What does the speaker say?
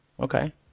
Okay